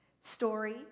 story